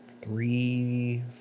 Three